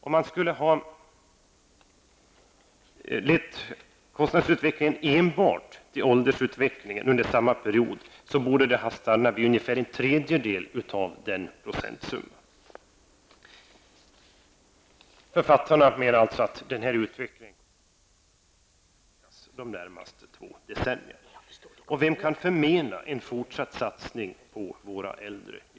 Om man under samma period hade satt kostnadsutvecklingen i relation till enbart åldersutvecklingen, borde det ha stannat vid ungefär en tredjedel av den nämnda procenten. Författarna menar alltså att den här utvecklingen snarast kommer att förstärkas under de närmaste två decennierna. Vem kan sätta sig emot en fortsatt satsning på våra äldre?